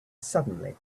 suddenly